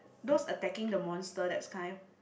those attacking the monster that's kind